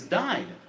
died